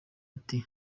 ati